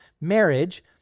marriage